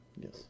Yes